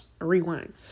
rewind